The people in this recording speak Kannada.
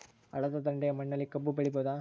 ಹಳ್ಳದ ದಂಡೆಯ ಮಣ್ಣಲ್ಲಿ ಕಬ್ಬು ಬೆಳಿಬೋದ?